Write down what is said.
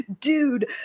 dude